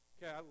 Okay